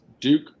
Duke